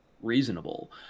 reasonable